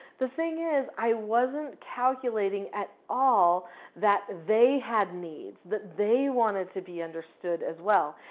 the thing is i wasn't calculating at all that they had needs, that they wanted to be understood as well.